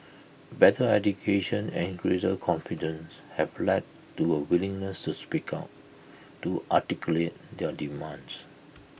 better education and greater confidence have led to A willingness to speak out to articulate their demands